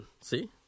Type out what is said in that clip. see